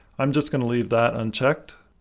i'm just going to leave that unchecked.